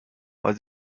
was